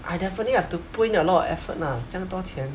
I definitely have to put in a lot of effort ah 这样多钱